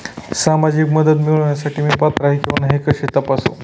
सामाजिक मदत मिळविण्यासाठी मी पात्र आहे किंवा नाही हे कसे तपासू?